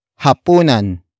HAPUNAN